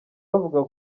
bavuga